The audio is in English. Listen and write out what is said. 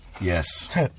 Yes